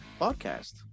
podcast